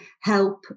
help